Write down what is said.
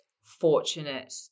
fortunate